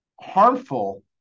harmful